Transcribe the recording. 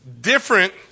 different